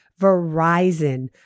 Verizon